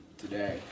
today